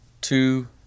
two